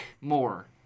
more